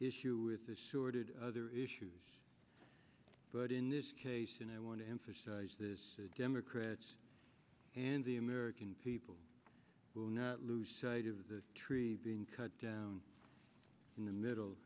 issue with the sordid other issues but in this case and i want to emphasize the democrats and the american people will not lose sight of the tree being cut down in the middle